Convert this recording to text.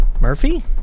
Murphy